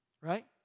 Right